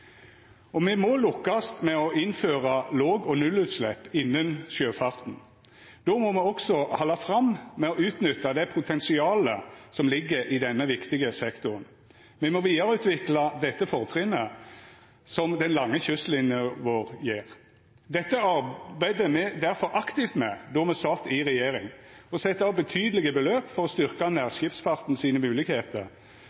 må lukkast med å innføra låg- og nullutslepp innan skipsfarten. Då må me også halda fram med å utnytta potensialet som ligg i denne viktige sektoren. Me må vidareutvikla fortrinnet den lange kystlinja vår gjev. Dette arbeidde me difor aktivt med då me sat i regjering, og sette av betydelege beløp for å